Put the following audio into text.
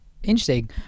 interesting